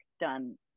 done